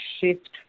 shift